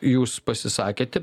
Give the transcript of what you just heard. jūs pasisakėte